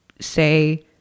say